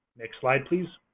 next slide, please.